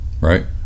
right